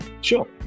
sure